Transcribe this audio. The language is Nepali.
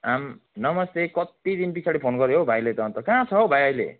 आम् नमस्ते कत्ति दिन पिछाडि फोन गर्यो हो भाइले त अन्त कहाँ छ हो भाइ अहिले